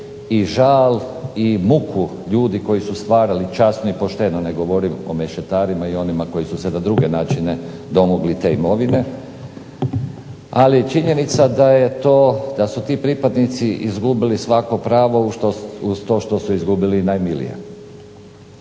i žal i muku ljudi koji su stvarali časno i pošteno, ne govorim o mešetarima i onima koji su na druge načine domogli te imovine, ali je činjenica da je to, da su ti pripadnici izgubili svako pravo uz to što su izgubili najmilije.